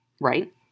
right